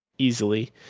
easily